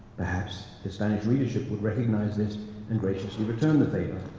perhaps his spanish readership would recognize this and graciously return the favor.